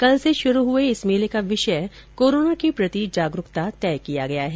कल से शुरू हुए इस मेले का विषय कोरोना के प्रति जागरूकता तय किया गया है